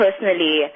personally